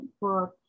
book